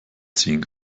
ziehen